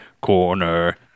corner